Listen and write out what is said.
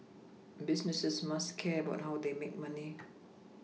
businesses must care about how they make money